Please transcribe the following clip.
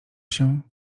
się